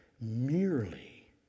merely